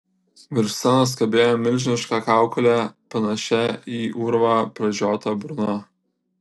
virš scenos kabėjo milžiniška kaukolė panašia į urvą pražiota burna